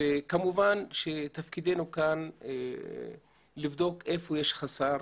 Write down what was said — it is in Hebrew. וכמובן שתפקידנו כאן לבדוק היכן יש חוסר,